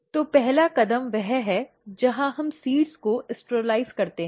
तो पहला कदम वह है जहां हम बीज को स्टिरलाइज़ करते हैं